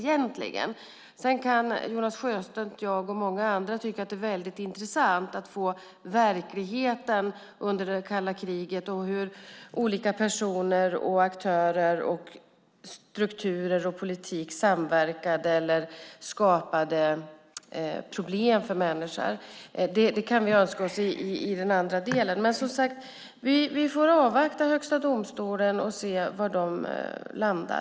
Sedan kan Jonas Sjöstedt, jag och många andra tycka att det är intressant att få reda på verkligheten under det kalla kriget och hur olika personer, aktörer, strukturer och politik samverkade eller skapade problem för människor. Det kan vi önska oss i den andra delen. Vi får som sagt avvakta Högsta domstolens besked och se var de landar.